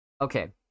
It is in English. Okay